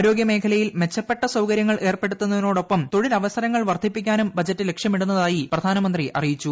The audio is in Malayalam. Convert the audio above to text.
ആരോഗ്യ മേഖലയിൽ മെച്ചപ്പെട്ട സൌകര്യങ്ങൾ ഏർപ്പെടുത്തുന്നതിനോടൊപ്പം തൊഴിൽ അവസരങ്ങൾ വർദ്ധിപ്പിക്കാനും ബജറ്റ് ലക്ഷ്യമിടുന്നതായി പ്രധാനമന്ത്രി അറിയിച്ചു